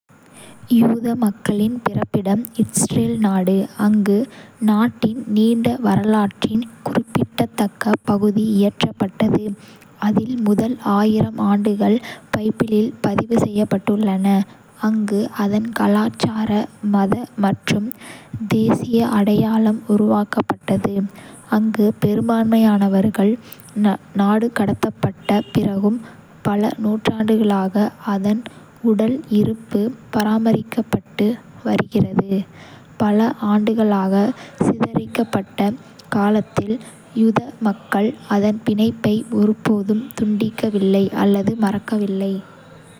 யூத மக்களின் பிறப்பிடம் இஸ்ரேல் நாடு. அங்கு, நாட்டின் நீண்ட வரலாற்றின் குறிப்பிடத்தக்க பகுதி இயற்றப்பட்டது, அதில் முதல் ஆயிரம் ஆண்டுகள் பைபிளில் பதிவு செய்யப்பட்டுள்ளன; அங்கு, அதன் கலாச்சார, மத மற்றும் தேசிய அடையாளம் உருவாக்கப்பட்டது. அங்கு, பெரும்பான்மையானவர்கள் நாடுகடத்தப்பட்ட பிறகும், பல நூற்றாண்டுகளாக அதன் உடல் இருப்பு பராமரிக்கப்பட்டு வருகிறது. பல ஆண்டுகளாக சிதறடிக்கப்பட்ட காலத்தில், யூத மக்கள் அதன் பிணைப்பை ஒருபோதும் துண்டிக்கவில்லை அல்லது மறக்கவில்லை